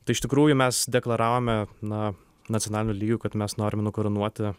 tai iš tikrųjų mes deklaravome na nacionaliniu lygiu kad mes norim nukarūnuoti